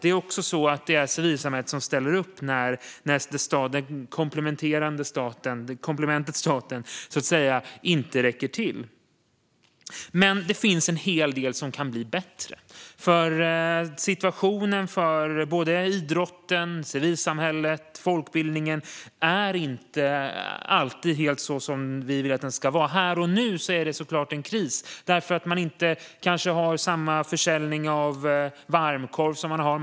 Det är också civilsamhället som ställer upp när komplementet staten inte räcker till. Men det finns en hel del som kan bli bättre. Situationen för civilsamhället, för idrotten och folkbildningen, är inte alltid så som vi vill att den ska vara. Här och nu är det såklart kris. Man kanske inte har samma försäljning av varmkorv som man brukar ha.